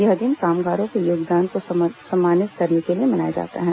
यह दिन कामगारों के योगदान को सम्मानित करने के लिए मनाया जाता है